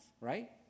right